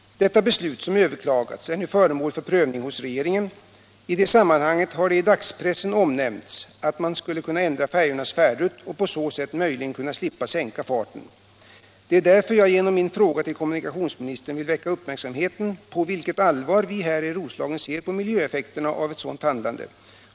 Detta beslut, som överklagats, är nu föremål för prövning hos regeringen. I det sammanhanget har det i dagspressen omnämnts att man skulle kunna ändra färjornas färdrutt och på så sätt möjligen kunna slippa sänka farten. Det är därför jag genom min fråga till kommunikationsministern vill fästa uppmärksamheten på med vilket allvar vi här i Roslagen ser på miljöeffekterna av ett sådant handlande.